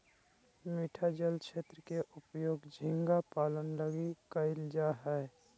मीठा जल क्षेत्र के उपयोग झींगा पालन लगी कइल जा हइ